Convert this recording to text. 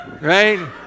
right